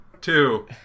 two